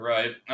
Right